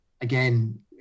again